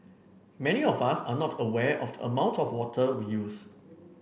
many of us are not aware of the amount of water we use